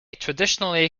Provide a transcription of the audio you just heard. traditionally